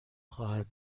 خواهد